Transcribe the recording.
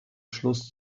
schluss